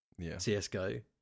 CSGO